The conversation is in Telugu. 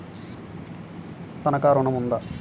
తనఖా ఋణం ఉందా?